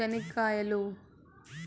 చెనిక్కాయలు